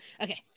Okay